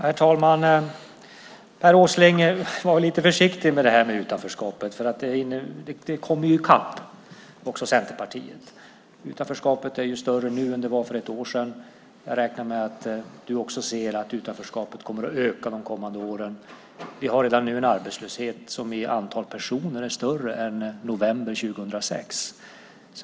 Herr talman! Var lite försiktigt med det här med utanförskapet, Per Åsling! Det kommer i kapp också Centerpartiet. Utanförskapet är större nu än det var för ett år sedan. Jag räknar med att du också ser att utanförskapet kommer att öka de kommande åren. Vi har redan nu en arbetslöshet som i antal personer är större än i november 2006.